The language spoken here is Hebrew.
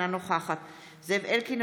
אינה נוכחת זאב אלקין,